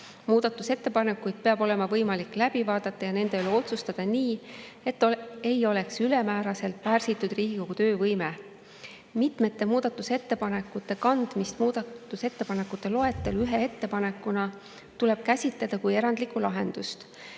Muudatusettepanekuid peab olema võimalik läbi vaadata ja nende üle otsustada nii, et Riigikogu töövõime ei oleks ülemääraselt pärsitud. Mitmete muudatusettepanekute kandmist muudatusettepanekute loetellu ühe ettepanekuna tuleb käsitleda kui erandlikku lahendust,